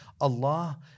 Allah